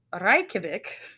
Reykjavik